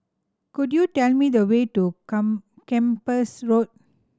could you tell me the way to Come Kempas Road